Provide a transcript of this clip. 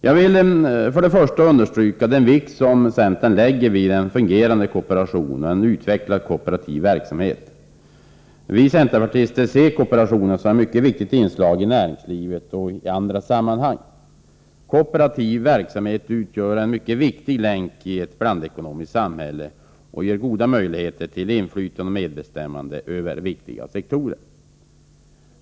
Jag vill först understryka den vikt som centern lägger vid en fungerande kooperation och en utvecklad kooperativ verksamhet. Vi centerpartister ser kooperationen som ett mycket viktigt inslag i näringslivet och i andra sammanhang. Kooperativ verksamhet utgör en viktig länk i ett blandekonomiskt samhälle och ger goda möjligheter till inflytande och medbestämmande över viktiga sektorer.